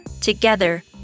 Together